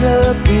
up